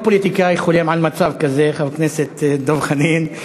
כל פוליטיקאי חולם על מצב כזה, חבר הכנסת דב חנין,